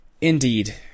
Indeed